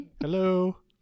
Hello